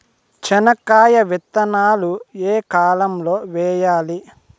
చెనక్కాయ విత్తనాలు ఏ కాలం లో వేయాలి?